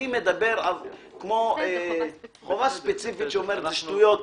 אני מדבר חובה ספציפית שאומרת: שטויות.